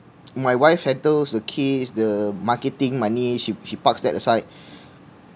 my wife settles the kids the marketing money she she parks that aside